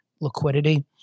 liquidity